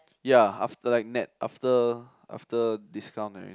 ya after like nett after after discount and everything